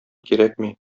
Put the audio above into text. кирәкми